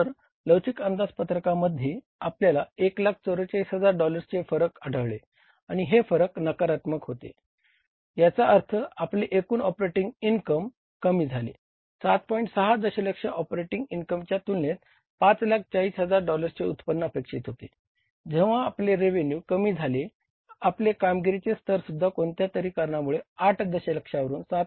तर लवचिक अंदाजपत्रकामध्ये कमी झाले आपले कामगिरीचे स्तरसुद्धा कोणत्यातरी कारणामुळे 8 दशलक्षावरून 7